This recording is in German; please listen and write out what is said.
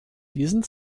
diesen